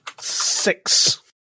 Six